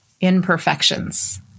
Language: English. imperfections